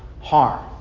harm